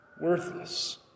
Worthless